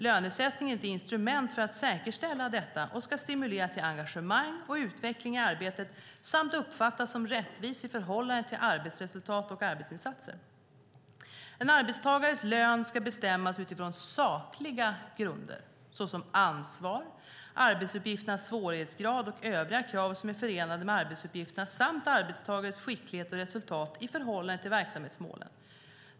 Lönesättningen är ett instrument för att säkerställa detta och ska stimulera till engagemang och utveckling i arbetet samt uppfattas som rättvis i förhållande till arbetsresultat och arbetsinsatser. En arbetstagares lön ska bestämmas utifrån sakliga grunder såsom ansvar, arbetsuppgifternas svårighetsgrad och övriga krav som är förenade med arbetsuppgifterna, samt arbetstagarens skicklighet och resultat i förhållande till verksamhetsmålen.